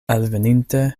alveninte